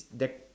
that